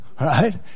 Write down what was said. right